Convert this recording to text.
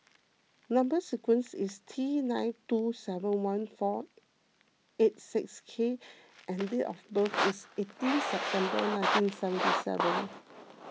Number Sequence is T nine two seven one four eight six K and date of birth is eighteen September nineteen seventy seven